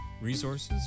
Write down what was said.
Resources